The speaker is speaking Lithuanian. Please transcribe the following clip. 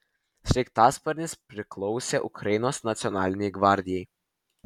sraigtasparnis priklausė ukrainos nacionalinei gvardijai